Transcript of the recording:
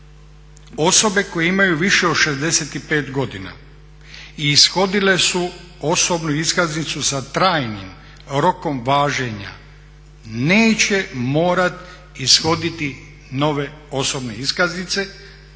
osobe koje imaju više od 65 godina i ishodile su osobnu iskaznicu sa trajnim rokom važenja neće morat ishoditi nove osobne iskaznice,